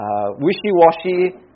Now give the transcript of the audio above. wishy-washy